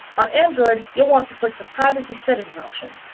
on android, you'll want to click the privacy settings option.